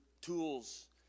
tools